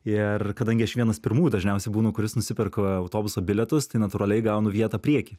ir kadangi aš vienas pirmųjų dažniausiai būnu kuris nusiperku autobuso bilietus tai natūraliai gaunu vietą prieky